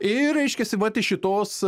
ir reiškiasi vat iš šitos